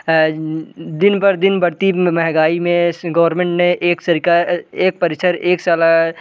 दिन ब दिन बढ़ती महंगाई में गवर्मेंट ने एक परिसर एक शाला